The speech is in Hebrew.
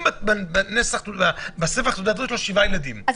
אם בספח תעודת הזהות שלו יש שבעה ילדים --- אז